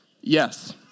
Yes